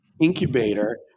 incubator